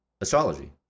astrology